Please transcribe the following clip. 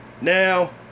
now